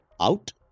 out